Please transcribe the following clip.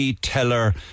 Teller